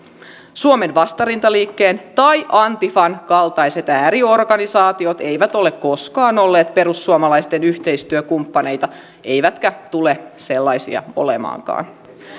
suomen vastarintaliikkeen tai antifan kaltaiset ääriorganisaatiot eivät ole koskaan olleet perussuomalaisten yhteistyökumppaneita eivätkä tule sellaisia olemaankaan